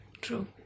True